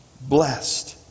Blessed